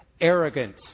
arrogant